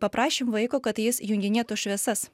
paprašėm vaiko kad jis junginėtų šviesas